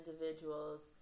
individuals